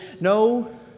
No